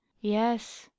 Yes